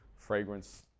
fragrance